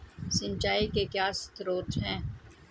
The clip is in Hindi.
सिंचाई के क्या स्रोत हैं?